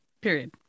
Period